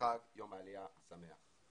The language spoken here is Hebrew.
חג יום עלייה שמח.